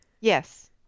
Yes